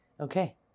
okay